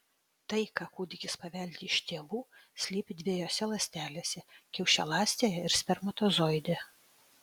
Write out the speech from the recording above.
tai ką kūdikis paveldi iš tėvų slypi dviejose ląstelėse kiaušialąstėje ir spermatozoide